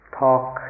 talk